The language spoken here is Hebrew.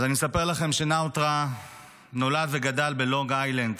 אני מספר לכם שנאוטרה נולד וגדל בלונג איילנד,